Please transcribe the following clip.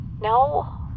No